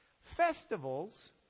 Festivals